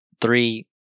three